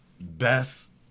best –